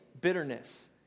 bitterness